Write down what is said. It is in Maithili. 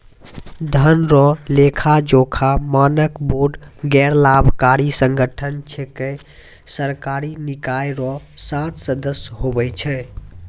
धन रो लेखाजोखा मानक बोर्ड गैरलाभकारी संगठन छिकै सरकारी निकाय रो सात सदस्य हुवै छै